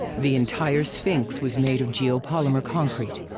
the entire sphinx was made of geopolymer concrete.